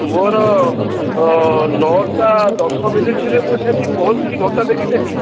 ମୋର ନଅଟା ଦଶ ମିନିଟିରେ ମୁଁ ଏଠି ଆସି ପହଞ୍ଚିଲି ଘଣ୍ଟା ଦେଖିଥିଲି